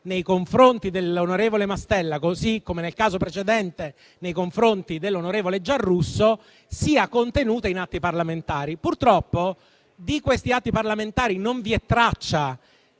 nei confronti dell'onorevole Mastella, come nel caso precedente nei confronti dell'onorevole Giarrusso, fosse contenuta in atti parlamentari. Purtroppo di questi atti parlamentari non vi è traccia.